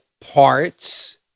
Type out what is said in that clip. parts